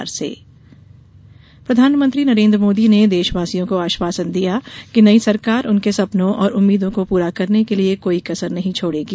मोदी प्रधानमंत्री नरेन्द्र मोदी ने देशवासियों को आश्वासन दिया कि नई सरकार उनके सपनों और उम्मीदों को पूरा करने के लिए कोई कसर नहीं छोडेगी